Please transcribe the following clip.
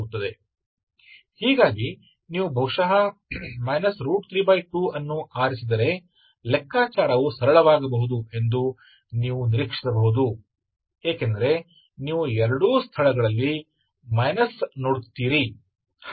तोux यह इतना है कि इतना ux 12u32u तो हो सकता है कि आप उम्मीद कर सकते हैं कि गणना आसान हो जाएगी यदि आप शायद 32 चुनते हैं क्योंकि आप दोनों जगहों पर माइनस देखते हैं तो मैं इसे निकाल सकता हूं